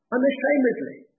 Unashamedly